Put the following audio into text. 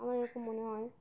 আমার এরকম মনে হয়